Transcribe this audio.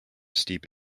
steep